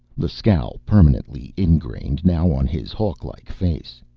the scowl permanently ingrained now on his hawklike face.